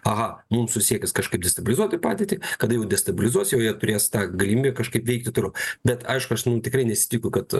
aha mum su siekis kažkaip destabilizuoti padėtį kada jau destabilizuos jau jie turės tą galimybę kažkaip veikti toliau bet aišku aš ten tikrai nesitikiu kad